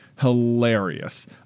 hilarious